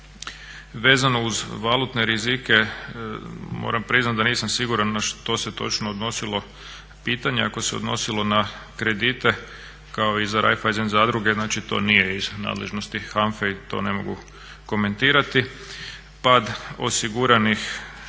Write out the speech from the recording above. Vezano uz valutne rizike moram priznati da nisam siguran na što se točno odnosilo pitanje, ako se odnosilo na kredite kao i za Raiffeisen zadruge znači to nije iz nadležnosti HANFA-e i to ne mogu komentirati. Pad osiguranih